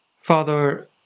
Father